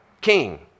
King